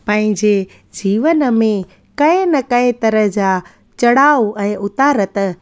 पंहिंजे जीवन में कंहिं न कंहिं तरह जा चढ़ाव ऐं उतार त